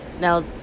now